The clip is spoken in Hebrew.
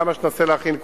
כמה שתנסה להכין קודם,